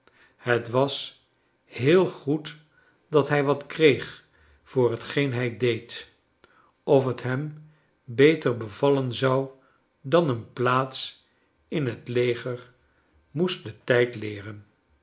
het was heel goed dat hij wat kreeg voor hetgeen hij deed of het hem beter bevallen zou dan een plaats in het leger moest de tijd leeren